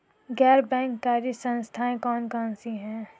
गैर बैंककारी संस्थाएँ कौन कौन सी हैं?